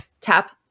tap